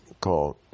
called